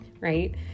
right